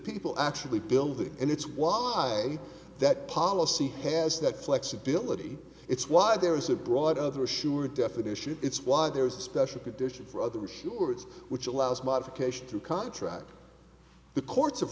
people actually building and it's why that policy has that flexibility it's why there is a broad other assured definition it's why there is a special condition for other assured which allows modification to contract the courts of